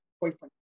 boyfriend